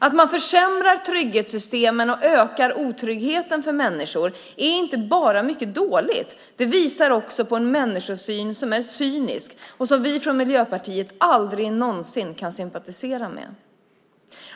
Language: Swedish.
Att man försämrar trygghetssystemen och ökar otryggheten för människor är inte bara mycket dåligt, det visar också på en människosyn som är cynisk och som vi från Miljöpartiet aldrig någonsin kan sympatisera med.